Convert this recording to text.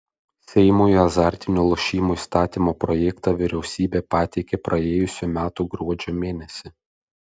seimui azartinių lošimų įstatymo projektą vyriausybė pateikė praėjusių metų gruodžio mėnesį